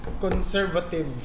conservative